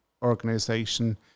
organization